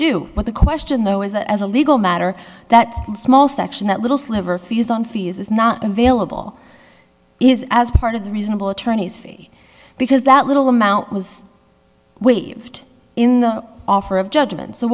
but the question though is that as a legal matter that small section that little sliver fees on fees is not available is as part of the reasonable attorney's fee because that little amount was waived in the offer of judgment so